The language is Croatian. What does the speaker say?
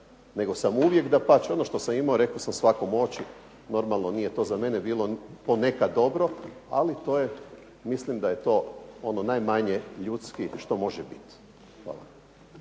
nego sam uvijek dapače ono što sam imao rekao sam svakom u oči. Normalno, nije to za mene bilo ponekad dobro ali to je, mislim da je to ono najmanje ljudski što može biti. Hvala.